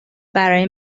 برای